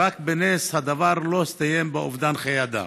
ורק בנס הדבר לא הסתיים באובדן חיי אדם.